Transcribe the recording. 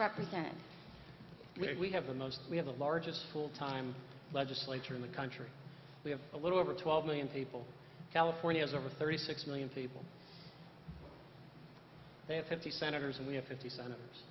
said we have the most we have the largest full time legislature in the country we have a little over twelve million people california is over thirty six million people they have fifty senators and we have fifty sen